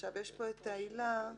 עילה (4):